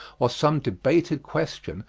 or some debated question,